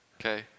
Okay